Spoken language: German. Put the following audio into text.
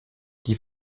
die